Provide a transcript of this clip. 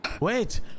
Wait